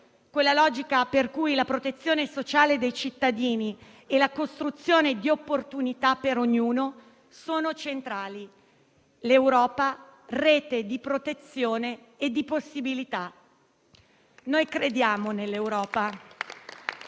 quella logica per cui la protezione sociale dei cittadini e la costruzione di opportunità per ognuno sono centrali, in un'Europa che sia rete di protezione e di possibilità. Crediamo nell'Europa;